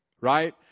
right